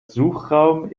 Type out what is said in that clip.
suchraum